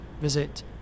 visit